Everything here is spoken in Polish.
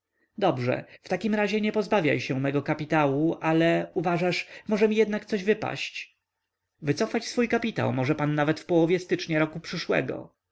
dobrze w takim razie nie pozbawiaj się mego kapitału ale uważasz może mi jednak coś wypaść wycofać swój kapitał może pan nawet w połowie stycznia roku przyszłego